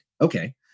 Okay